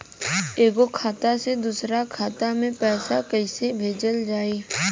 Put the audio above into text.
एगो खाता से दूसरा खाता मे पैसा कइसे भेजल जाई?